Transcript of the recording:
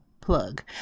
plug